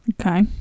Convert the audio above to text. Okay